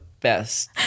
best